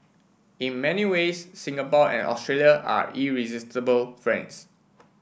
in many ways Singapore and Australia are irresistible friends